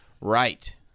Right